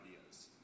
ideas